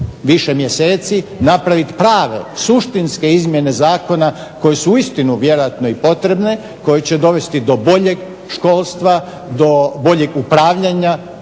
više mjeseci napraviti prave, suštinske izmjene zakona koje su uistinu vjerojatno i potrebne koje će dovesti do boljeg školstva, do boljeg upravljanja